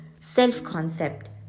self-concept